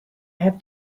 have